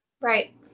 Right